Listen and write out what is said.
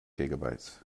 gigabytes